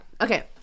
Okay